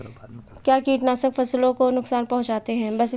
क्या कीटनाशक फसलों को नुकसान पहुँचाते हैं?